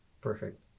perfect